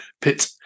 pit